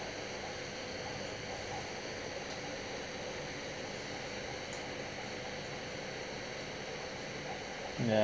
ya